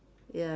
ya